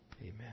Amen